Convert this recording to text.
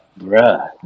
Bruh